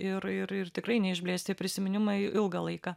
ir ir ir tikrai neišblės tie prisiminimai ilgą laiką